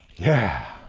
yeah.